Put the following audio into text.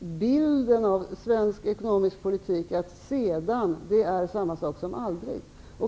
bilden av att i svensk ekonomisk politik är ''sedan'' samma sak som ''aldrig''.